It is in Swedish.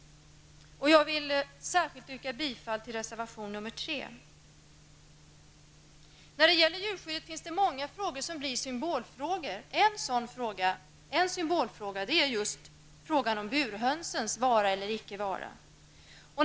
Jag vill särskilt yrka bifall till reservation nr 3. När det gäller djurskyddet är många frågor symbolfrågor. En symbolfråga är frågan om burhönsens vara eller icke vara.